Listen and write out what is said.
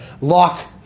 lock